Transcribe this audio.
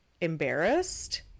embarrassed